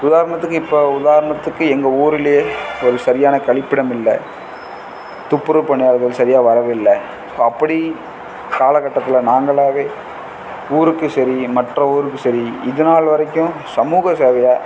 உதாரணத்துக்கு இப்போ உதாரணத்துக்கு எங்கள் ஊருலேயே ஒரு சரியான கழிப்பிடம் இல்லை துப்புரவு பணியாளர்கள் சரியாக வரவில்லை ஸோ அப்படி காலகட்டத்தில் நாங்களாகவே ஊருக்கு சரி மற்ற ஊருக்கு சரி இது நாள் வரைக்கும் சமூக சேவையாக